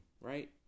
right